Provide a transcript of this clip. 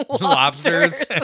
lobsters